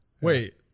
Wait